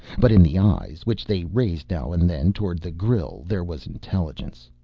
but in the eyes, which they raised now and then toward the grill, there was intelligence.